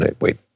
Wait